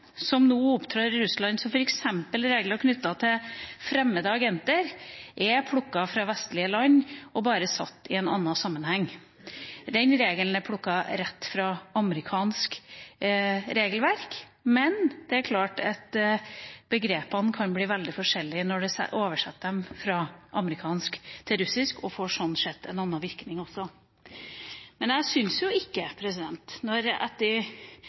som nå opptrer i Russland, som f.eks. regelen knyttet til fremmede agenter, er plukket fra vestlige land og bare satt inn i en annen sammenheng. Den regelen er plukket rett fra amerikansk regelverk. Men begrepene kan bli veldig forskjellige når man oversetter dem fra amerikansk til russisk, og sånn sett får de en annen virkning også. Men når jeg, etter et kort Google-søk, finner ut at